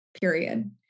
period